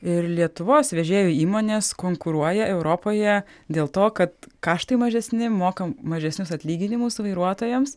ir lietuvos vežėjų įmonės konkuruoja europoje dėl to kad kaštai mažesni mokam mažesnius atlyginimus vairuotojams